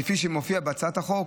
כפי שמופיע בהצעת החוק,